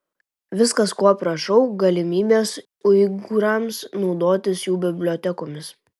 viskas ko prašau galimybės uigūrams naudotis jų bibliotekomis